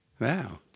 Wow